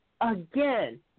again